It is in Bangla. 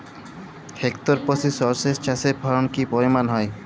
হেক্টর প্রতি সর্ষে চাষের ফলন কি পরিমাণ হয়?